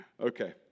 Okay